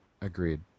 agreed